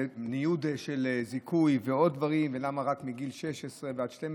ניוד של זיכוי ועוד דברים ולמה רק גיל 6 12,